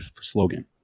slogan